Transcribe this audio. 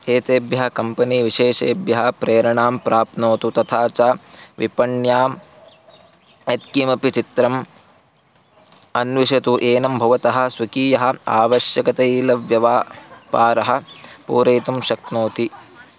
एतेभ्यः कम्पनी विशेषेभ्यः प्रेरणां प्राप्नोतु तथा च विपण्यां यत्किमपि चित्रम् अन्विषतु एनं भवतः स्विकीयः आवश्यकतैलव्यवा पारः पूरयितुं शक्नोति